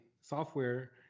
software